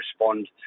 respond